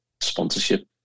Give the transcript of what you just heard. sponsorship